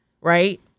right